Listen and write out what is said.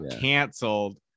canceled